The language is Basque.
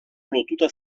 lotuta